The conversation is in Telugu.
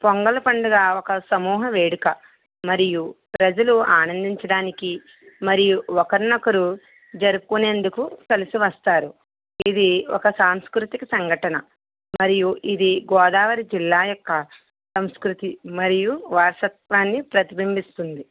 పొంగలి పండుగ ఒక సమూహ వేడుక మరియు ప్రజలు ఆనందించడానికి మరియు ఒకరినొకరు జరుపుకునేందుకు కలిసి వస్తారు ఇది ఒక సాంస్కృతిక సంఘటన మరియు ఇది గోదావరి జిల్లా యొక్క సంస్కృతి మరియు వారసత్వాన్ని ప్రతిబింబిస్తుంది